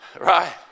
Right